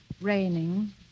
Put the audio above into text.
raining